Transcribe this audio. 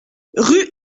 rue